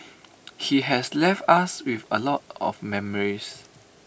he has left us with A lot of memories